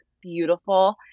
beautiful